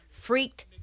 freaked